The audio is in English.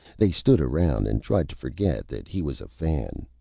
they stood around and tried to forget that he was a fan.